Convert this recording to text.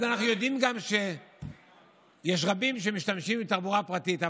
אז אנחנו יודעים שיש רבים שמשתמשים בתחבורה פרטית,